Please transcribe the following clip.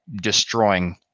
destroying